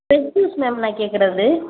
fresh juice ma'am நான் கேக்கிறது